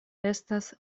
estas